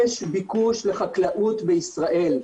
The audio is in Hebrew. יש ביקוש לחקלאות בישראל.